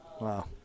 Wow